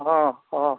ᱦᱮᱸ ᱦᱮᱸ